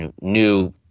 new